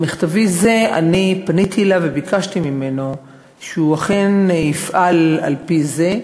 במכתבי זה פניתי אליו וביקשתי ממנו שהוא אכן יפעל על-פי זה,